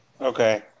Okay